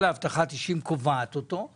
שהיחידה לאבטחת אישים קובעת אותו,